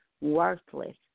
worthless